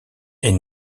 est